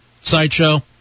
Sideshow